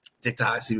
tiktok